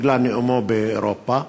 בגלל נאומו באירופה.